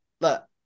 look